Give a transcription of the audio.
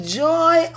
joy